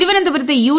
തിരുവനന്തപുരത്തെ യു